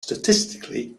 statistically